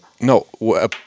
No